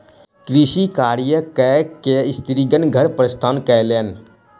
कृषि कार्य कय के स्त्रीगण घर प्रस्थान कयलैन